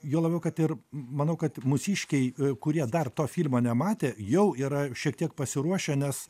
juo labiau kad ir manau kad mūsiškiai kurie dar to filmo nematė jau yra šiek tiek pasiruošę nes